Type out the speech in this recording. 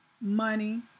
money